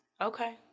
Okay